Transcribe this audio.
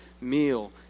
meal